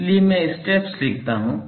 इसलिए मैं स्टेप्स लिखता हूँ